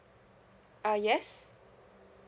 uh yes